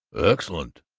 excellent,